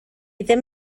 ddim